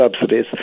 subsidies